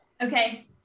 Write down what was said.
Okay